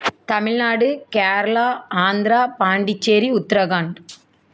Tamil Nadu Kerala Andhra Pondicherry Uttarakhand